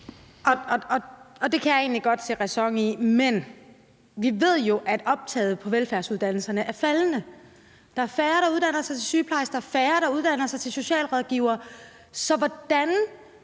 Det kan jeg egentlig godt se ræson i, men vi ved jo, at optaget på velfærdsuddannelserne er faldende. Der er færre, der uddanner sig til sygeplejersker, og der er færre, der uddanner sig til socialrådgivere. Så hvordan